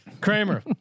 Kramer